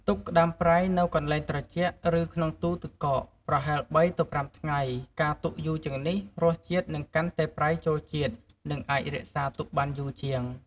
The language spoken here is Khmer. ទុកក្ដាមប្រៃនៅ កន្លែងត្រជាក់ ឬក្នុងទូទឹកកក ប្រហែល ៣ ទៅ ៥ ថ្ងៃ ការទុកយូរជាងនេះ រសជាតិនឹងកាន់តែប្រៃចូលជាតិ និងអាចរក្សាទុកបានយូរជាង។